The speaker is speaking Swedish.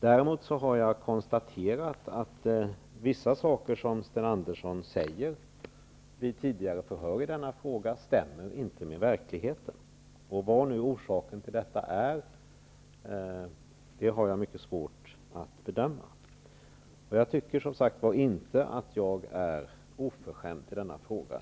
Däremot kan jag konstatera att vissa saker som Sten Andersson sagt vid tidigare förhör i denna fråga inte stämmer med verkligheten. Vad orsaken till detta är har jag mycket svårt att bedöma. Jag tycker som sagt inte att jag är oförskämd.